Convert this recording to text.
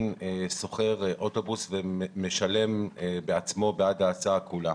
שוכר אוטובוס ומשלם בעצמו בעד ההסעה כולה.